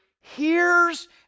hears